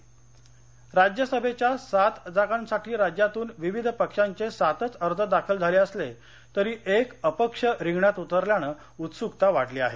अर्ज राज्यसभेच्या सात जागांसाठी राज्यातून विविध पक्षांचे सातच अर्ज दाखल झाले असले तरी एक अपक्ष रिंगणात उतरल्यान उत्सुकता वाढली आहे